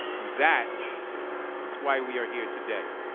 and that is why we are here today.